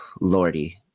Lordy